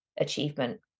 achievement